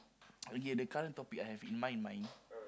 okay the current topic I have in my mind